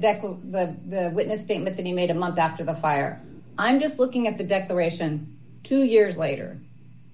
deckle the witness statement that he made a month after the fire i'm just looking at the declaration two years later